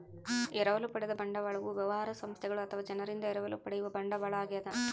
ಎರವಲು ಪಡೆದ ಬಂಡವಾಳವು ವ್ಯವಹಾರ ಸಂಸ್ಥೆಗಳು ಅಥವಾ ಜನರಿಂದ ಎರವಲು ಪಡೆಯುವ ಬಂಡವಾಳ ಆಗ್ಯದ